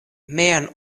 mian